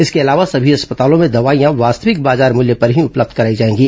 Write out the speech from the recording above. इसके अलावा समी अस्पतालों में दवाइयां वास्तविक बाजार मूल्य पर ही उपलब्ध कराई जाएंगी